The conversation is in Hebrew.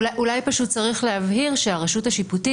אולי פשוט צריך להבהיר שהרשות השיפוטית